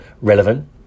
relevant